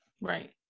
Right